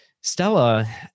Stella